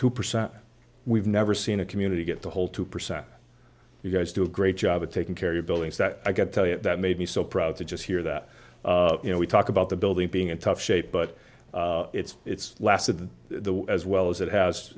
two percent we've never seen a community get to hold two percent you guys do a great job of taking care of buildings that i could tell you that made me so proud to just hear that you know we talk about the building being in tough shape but it's it's lasted as well as it has